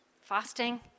fasting